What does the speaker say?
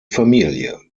familie